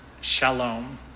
shalom